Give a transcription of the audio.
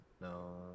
No